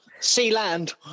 Sealand